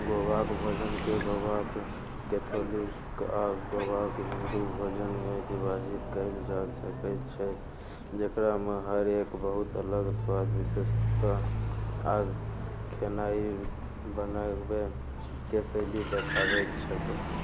गोवाक भोजनके गोवाक कैथोलिक आ गोवाक हिन्दू भोजनमे विभाजित कयल जा सकैत छै जेकरामे हर एक बहुत अलग स्वाद विशेषता आ खेनाइ बनाबैके शैली देखाबै छैक